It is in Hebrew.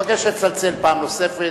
אני מבקש לצלצל פעם נוספת.